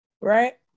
right